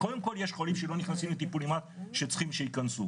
קודם כל יש חולים שלא נכנסים לטיפול נמרץ שצריכים שייכנסו,